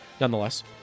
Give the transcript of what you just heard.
nonetheless